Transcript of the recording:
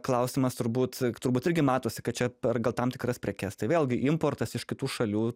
klausimas turbūt turbūt irgi matosi kad čia per gal tam tikras prekes tai vėlgi importas iš kitų šalių